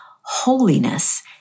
holiness